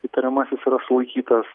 įtariamasis yra sulaikytas